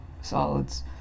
solids